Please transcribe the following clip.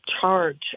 charge